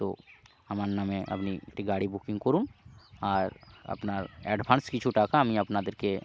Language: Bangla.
তো আমার নামে আপনি গাড়ি বুকিং করুন আর আপনার অ্যাডভান্স কিছু টাকা আমি আপনাদেরকে